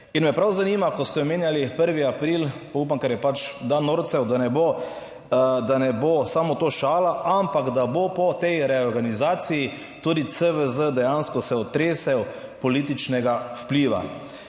in me prav zanima, ko ste omenjali 1. april, pa upam, ker je pač dan norcev, da ne bo, da ne bo samo to šala, ampak da bo po tej reorganizaciji tudi CVZ dejansko se otresel političnega vpliva.